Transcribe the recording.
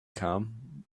come